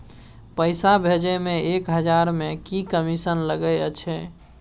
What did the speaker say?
पैसा भैजे मे एक हजार मे की कमिसन लगे अएछ?